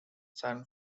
san